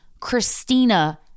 christina